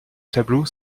tableau